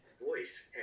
voice